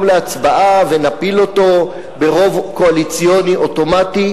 להצבעה ונפיל אותו ברוב קואליציוני אוטומטי,